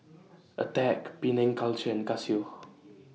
Attack Penang Culture and Casio